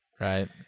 Right